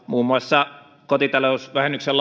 muun muassa kotitalousvähennyksen